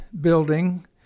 building